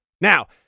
Now